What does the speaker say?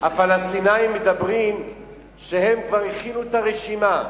הפלסטינים מדברים שהם כבר הכינו את הרשימה,